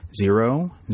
Zero